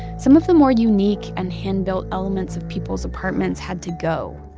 some of the more unique and hand-built elements of people's apartments had to go.